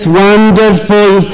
wonderful